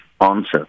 answer